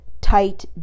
tight